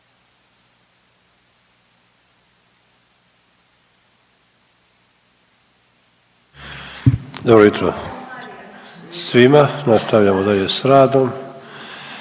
Dobro jutro svima. Nastavljamo dalje sa radom